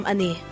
Ani